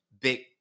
big